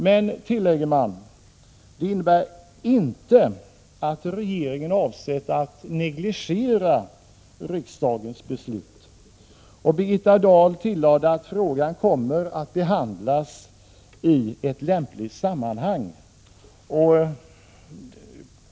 Men, tillägger man, det innebär inte att regeringen avsett att negligera riksdagens beslut. Birgitta Dahl sade också att frågan kommer att behandlas i ett lämpligt sammanhang.